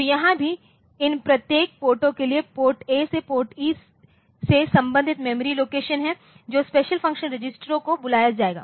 तो यहाँ भी इन प्रत्येक पोर्टों के लिए पोर्ट Aसे पोर्ट E से संबंधित मेमोरी लोकेशन हैं जो स्पेशल फंक्शन रजिस्टरों को बुलाएगा